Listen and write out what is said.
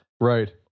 Right